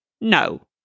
no